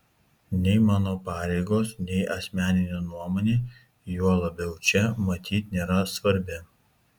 nei mano pareigos nei asmeninė nuomonė juo labiau čia matyt nėra svarbi